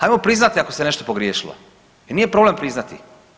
Ajmo priznati ako se nešto pogriješilo i nije problem priznati.